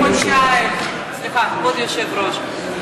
כבוד היושב-ראש,